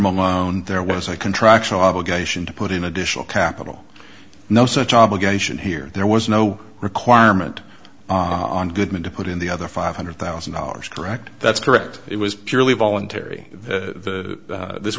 under there was a contractual obligation to put in additional capital no such obligation here there was no requirement on goodman to put in the other five hundred thousand dollars correct that's correct it was purely voluntary that th